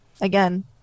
again